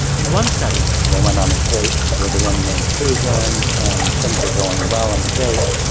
in one study. they went on a date with a woman named susan and things were going well on the date.